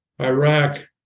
Iraq